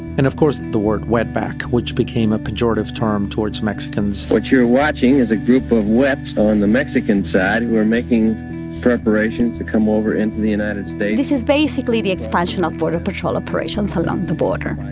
and, of course, the word wetback, which became a pejorative term towards mexicans what you're watching is a group of wets on the mexican side who are making preparations to come over into the united states this is basically the expansion of border patrol operations along the border,